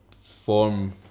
form